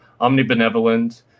omnibenevolent